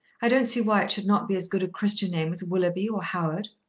i don't see why it should not be as good a christian name as willoughby or howard.